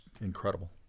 incredible